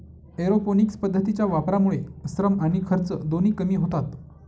aeroponics पद्धतीच्या वापरामुळे श्रम आणि खर्च दोन्ही कमी होतात